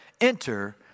enter